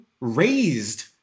raised